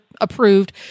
approved